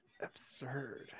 absurd